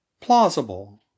Plausible